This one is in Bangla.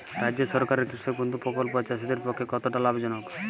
রাজ্য সরকারের কৃষক বন্ধু প্রকল্প চাষীদের পক্ষে কতটা লাভজনক?